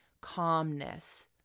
calmness